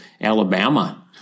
Alabama